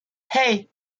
hey